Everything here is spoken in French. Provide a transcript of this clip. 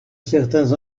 certains